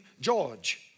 George